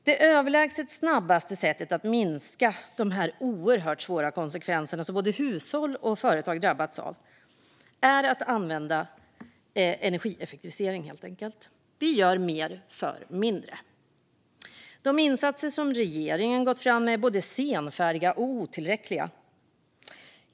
Det överlägset snabbaste sättet att minska de oerhört svåra konsekvenser som både hushåll och företag drabbas av är energieffektivisering - att göra mer för mindre. De insatser som regeringen nu gått fram med är både senfärdiga och otillräckliga.